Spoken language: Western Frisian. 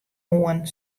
oan